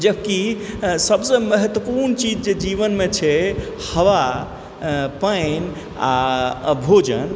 जबकि सभसँ महत्वपूर्ण चीज जे जीवनमे छै हवा पानि आ भोजन